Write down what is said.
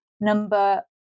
number